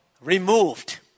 removed